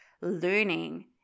learning